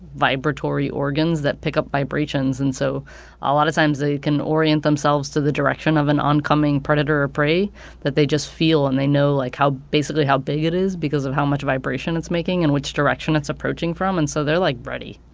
vibratory organs that pick up vibrations. and so a lot of times, they can orient themselves to the direction of an oncoming predator or prey that they just feel. and they know, like, how basically, how big it is because of how much vibration it's making and which direction it's approaching from. and so they're, like, ready